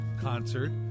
concert